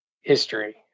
history